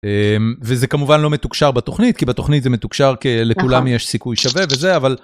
וזה כמובן לא מתוקשר בתוכנית כי בתוכנית זה מתוקשר כלכולם יש סיכוי שווה וזה אבל.